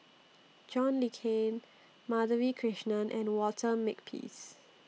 John Le Cain Madhavi Krishnan and Walter Makepeace